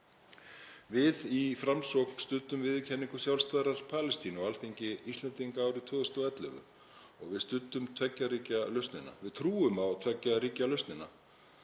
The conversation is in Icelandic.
Við í Framsókn studdum viðurkenningu sjálfstæðrar Palestínu á Alþingi Íslendinga árið 2011 og við studdum tveggja ríkja lausnina. Við trúum á tveggja ríkja lausnina.